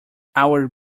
our